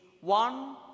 one